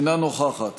אינה נוכחת